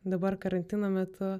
dabar karantino metu